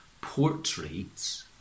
portraits